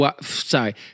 Sorry